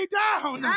down